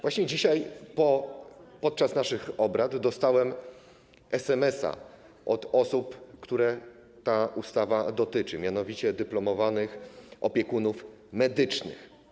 Właśnie dzisiaj podczas naszych obrad dostałem SMS od osób, których ta ustawa dotyczy, mianowicie dyplomowanych opiekunów medycznych.